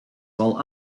while